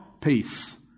peace